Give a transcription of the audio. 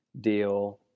deal